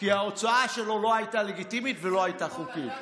כי ההוצאה שלו לא הייתה לגיטימית ולא הייתה חוקית.